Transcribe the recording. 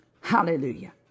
Hallelujah